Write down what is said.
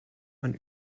man